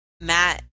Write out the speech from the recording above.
matt